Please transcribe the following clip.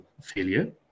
failure